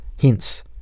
Hence